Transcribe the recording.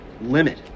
limit